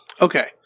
Okay